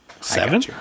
Seven